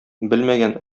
белмәгән